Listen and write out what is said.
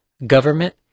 government